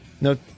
no